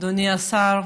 אדוני השר,